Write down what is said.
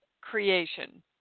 creation